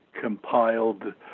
compiled